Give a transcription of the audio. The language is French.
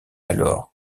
alors